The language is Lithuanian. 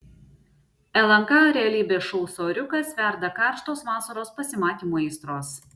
lnk realybės šou soriukas verda karštos vasaros pasimatymų aistros